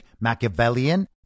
Machiavellian